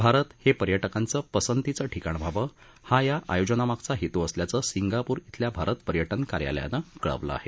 भारत हे पर्यटकांच पसंतीचं ठिकाण व्हावं हा या आयोजनामागचा हेतू असल्याचं सिंगापूर इथल्या भारत पर्यटन कार्यालयानं कळवलं आहे